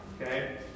okay